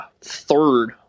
third